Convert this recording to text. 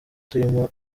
turimo